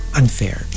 unfair